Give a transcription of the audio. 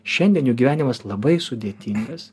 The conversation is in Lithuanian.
šiandien jų gyvenimas labai sudėtingas